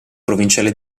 provinciale